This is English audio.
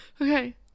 Okay